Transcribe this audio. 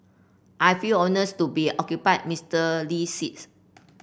I feel honours to be occupy Mister Lee's seats